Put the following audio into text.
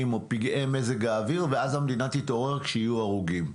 או פגעי מזק האוויר ואז המדינה תתעורר כשיהיו הרוגים.